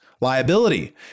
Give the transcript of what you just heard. liability